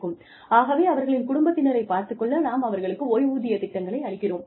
ஆகவே அவர்களின் குடும்பத்தினரை பார்த்துக் கொள்ள நாம் அவர்களுக்கு ஓய்வூதிய திட்டங்களை அளிக்கிறோம்